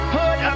put